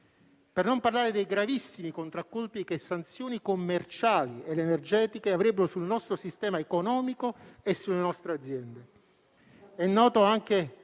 per non parlare dei gravissimi contraccolpi che sanzioni commerciali ed energetiche avrebbero sul nostro sistema economico e sulle nostre aziende. È noto anche